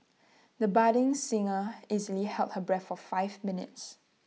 the budding singer easily held her breath for five minutes